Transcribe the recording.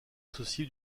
associé